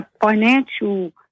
financial